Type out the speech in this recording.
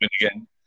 again